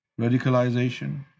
Radicalization